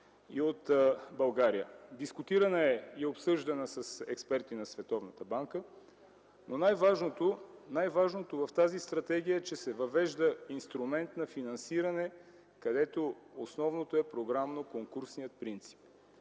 и от България. Дискутирана и обсъждана е с експерти на Световната банка. Най-важното в тази Стратегия е, че се въвежда инструмент на финансиране, където основното е програмно-конкурсният принцип.